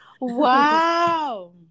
Wow